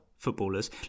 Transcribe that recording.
Footballers